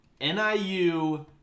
NIU